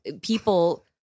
people